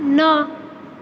नओ